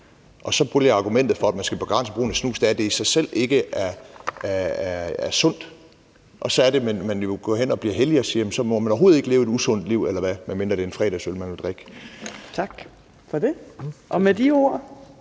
omvendt. Argumentet for, at man skal begrænse brugen af snus, er, at det i sig selv ikke er sundt, og så er det, man går hen og bliver hellig og siger, at så må de overhovedet ikke leve et usundt liv, medmindre det er en fredagsøl, de vil drikke. Kl. 16:05 Fjerde